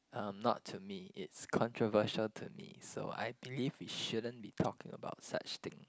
uh not to me it's controversial to me so I believe we shouldn't be talking about such things